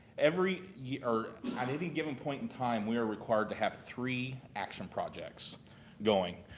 every yeah or at any given point in time, we are required to have three action projects going.